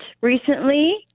recently